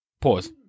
Pause